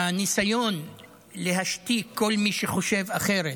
הניסיון להשתיק כל מי שחושב אחרת,